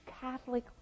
Catholic